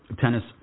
tennis